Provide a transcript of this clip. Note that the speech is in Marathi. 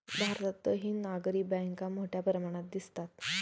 भारतातही नागरी बँका मोठ्या प्रमाणात दिसतात